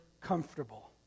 comfortable